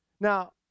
Now